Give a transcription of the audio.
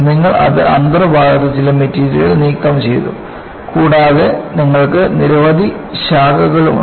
നിങ്ങൾ അത് അന്തർഭാഗത്ത് ചില മെറ്റീരിയലുകൾ നീക്കംചെയ്തു കൂടാതെ നിങ്ങൾക്ക് നിരവധി ശാഖകളുമുണ്ട്